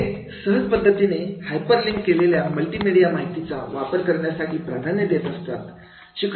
ते सहज पद्धतीने हायपरलिंक असलेल्या मल्टीमीडिया माहिती चा वापर करण्यासाठी प्राधान्य देत असतात